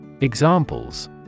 Examples